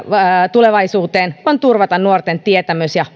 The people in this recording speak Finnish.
tulevaisuuteen on turvata nuorten tietämys ja